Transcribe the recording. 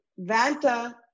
Vanta